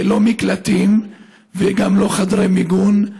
לא מקלטים וגם לא חדרי מיגון,